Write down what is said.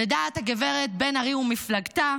לדעת הגב' בן ארי ומפלגתה,